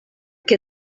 que